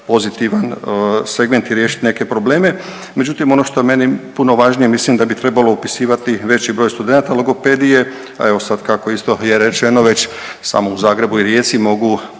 pozitivan segment i riješiti neke probleme, međutim, ono što meni puno važnije, mislim da bi trebalo upisivati veći broj studenata logopedije, a evo, sad kako isto je rečeno, već samo u Zagrebu i Rijeci mogu